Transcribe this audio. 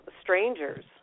strangers